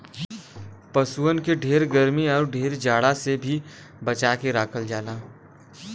पसुअन के ढेर गरमी आउर ढेर जाड़ा से भी बचा के रखल जाला